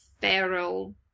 feral